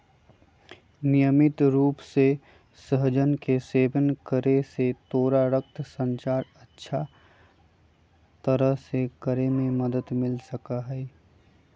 नियमित रूप से सहजन के सेवन करे से तोरा रक्त संचार अच्छा तरह से करे में मदद मिल सका हई